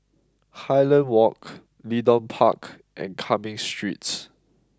Highland Walk Leedon Park and Cumming Street